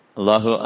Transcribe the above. Allahu